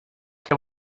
que